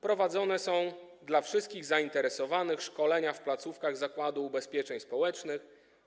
Prowadzone są dla wszystkich zainteresowanych szkolenia w placówkach Zakładu Ubezpieczeń Społecznych.